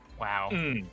Wow